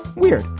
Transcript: weird